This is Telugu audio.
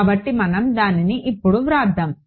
కాబట్టి మనం దానిని ఇప్పుడు వ్రాద్దాం